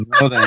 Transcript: No